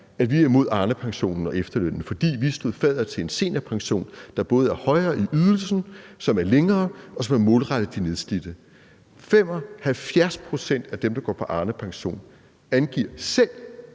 at vi er imod Arnepensionen og efterlønnen, fordi vi stod fadder til en seniorpension, der både er højere i ydelsen, som er længere, og som er målrettet de nedslidte. 75 pct. af dem, der går på Arnepension, angiver selv,